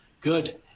Good